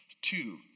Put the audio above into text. Two